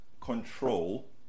control